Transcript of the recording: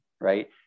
right